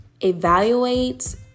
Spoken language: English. Evaluate